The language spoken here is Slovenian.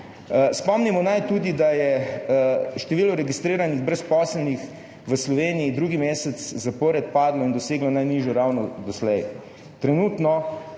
Spomnimo naj tudi, da je število registriranih brezposelnih v Sloveniji drugi mesec zapored padlo in doseglo najnižjo raven doslej.